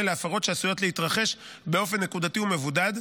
להפרות שעשויות להתרחש באופן נקודתי ומבודד,